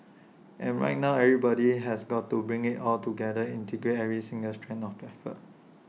and right now everybody has got to bring IT all together integrate every single strand of effort